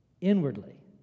inwardly